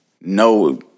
no